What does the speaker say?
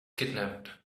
kidnapped